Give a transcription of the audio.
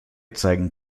zeigen